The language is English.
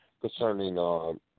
concerning